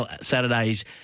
Saturday's